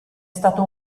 stato